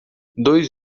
dois